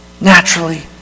naturally